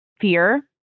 fear